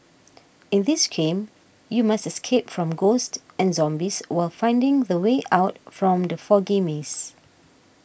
in this game you must escape from ghosts and zombies while finding the way out from the foggy maze